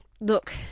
Look